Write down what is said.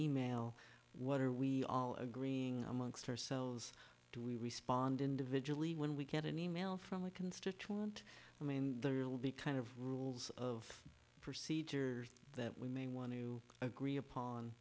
email what are we all agreeing amongst ourselves do we respond individually when we get an email from a constituent i mean there will be kind of rules of procedure that we may want to agree upon